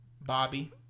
Bobby